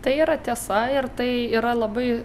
tai yra tiesa ir tai yra labai